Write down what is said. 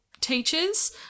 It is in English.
teachers